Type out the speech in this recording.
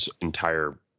entire